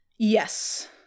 Yes